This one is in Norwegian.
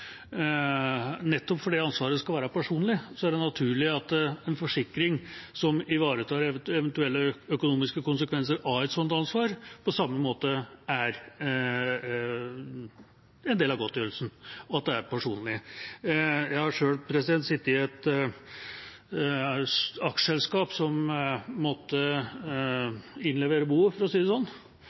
Nettopp fordi ansvaret skal være personlig, er det naturlig at en forsikring som ivaretar eventuelle økonomiske konsekvenser av et slikt ansvar, på samme måte er en del av godtgjørelsen, og at det er personlig. Jeg har selv sittet i et aksjeselskap som måtte innlevere boet, for å si det sånn,